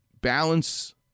Balance